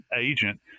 agent